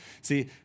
See